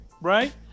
right